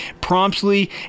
promptly